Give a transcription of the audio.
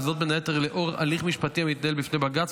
וזאת בין היתר לאור הליך משפטי מתנהל בפני בג"ץ,